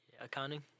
Accounting